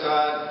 God